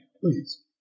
please